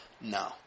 No